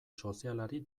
sozialari